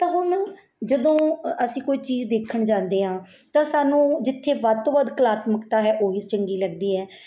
ਤਾਂ ਹੁਣ ਜਦੋਂ ਅਸੀਂ ਕੋਈ ਚੀਜ਼ ਦੇਖਣ ਜਾਂਦੇ ਹਾਂ ਤਾਂ ਸਾਨੂੰ ਜਿੱਥੇ ਵੱਧ ਤੋਂ ਵੱਧ ਕਲਾਮਕਤਾ ਹੈ ਉਹੀ ਚੰਗੀ ਲੱਗਦੀ ਹੈ